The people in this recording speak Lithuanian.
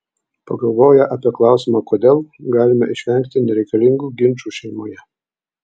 pagalvoję apie klausimą kodėl galime išvengti nereikalingų ginčų šeimoje